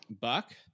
Buck